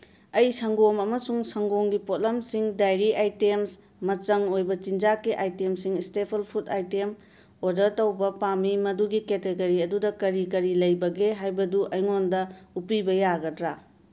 ꯑꯩ ꯁꯪꯒꯣꯝ ꯑꯃꯁꯨꯡ ꯁꯪꯒꯣꯝꯒꯤ ꯄꯣꯠꯂꯝꯁꯤꯡ ꯗꯥꯏꯔꯤ ꯑꯥꯏꯇꯦꯝꯁ ꯃꯆꯪ ꯑꯣꯏꯕ ꯆꯤꯟꯖꯥꯛꯀꯤ ꯑꯥꯏꯇꯦꯝꯁꯤꯡ ꯏꯁꯇꯦꯄꯜ ꯐꯨꯗ ꯑꯥꯏꯇꯦꯝ ꯑꯣꯔꯗꯔ ꯇꯧꯕ ꯄꯥꯝꯃꯤ ꯃꯗꯨꯒꯤ ꯀꯦꯇꯦꯒꯔꯤ ꯑꯗꯨꯗ ꯀꯔꯤ ꯀꯔꯤ ꯂꯩꯕꯒꯦ ꯍꯥꯏꯕꯗꯨ ꯑꯩꯉꯣꯟꯗ ꯎꯠꯄꯤꯕ ꯌꯥꯒꯗ꯭ꯔꯥ